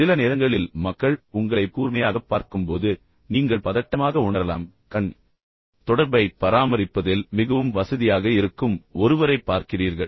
சில நேரங்களில் மக்கள் உங்களைப் கூர்மையாகப் பார்க்கும்போது நீங்கள் பதட்டமாக உணரலாம் ஆனால் கண் தொடர்பைப் பராமரிப்பதில் மிகவும் வசதியாக இருக்கும் ஒருவரைப் பார்க்கிறீர்கள்